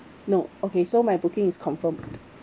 no okay so my booking is confirmed